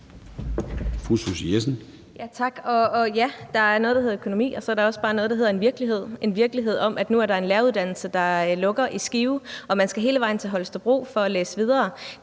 Susie Jessen (DD): Tak. Ja, der er noget, der handler om økonomi, og så er der også bare noget, der handler om en virkelighed – en virkelighed, hvor der nu er en læreruddannelse, der lukker i Skive, og man skal hele vejen til Holstebro for at læse videre.